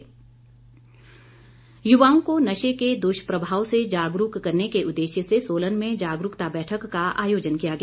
बैठक युवाओं को नशे के दुष्प्रभाव से जागरूक करने के उद्देश्य से सोलन में जागरूकता बैठक का आयोजन किया गया